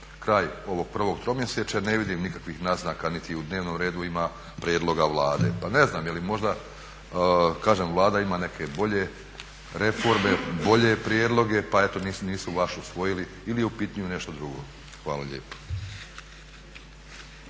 kraj ovog prvog tromjesečja ne vidim nikakvih naznaka niti u dnevnom redu ima prijedloga Vlade. Pa ne znam jeli možda, kažem Vlada ima neke bolje reforme, bolje prijedloge, pa eto nisu vaš usvojili ili je u pitanju nešto drugo. Hvala lijepo.